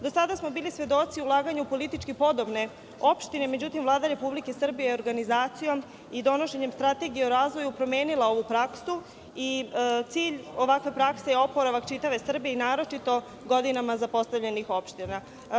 Do sada smo bili svedoci ulaganja u politički podobne opštine, međutim, Vlada Republike Srbije je organizacijom i donošenjem strategije o razvoju promenila ovu praksu i cilj ovakve prakse je oporavak čitave Srbije i naročito godinama zapostavljenih opština.